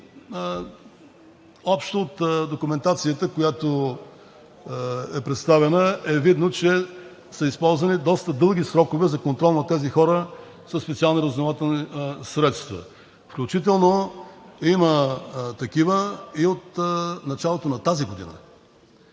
Общо от документацията, която е представена, е видно, че са използвани доста дълги срокове за контрол на тези хора със специални разузнавателни средства, включително има такива и от началото на тази година.